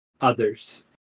others